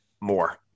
more